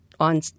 on